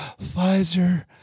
Pfizer